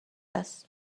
است